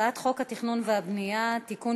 הצעת חוק התכנון והבנייה (תיקון,